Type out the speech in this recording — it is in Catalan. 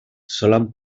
solen